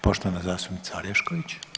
Poštovana zastupnica Orešković.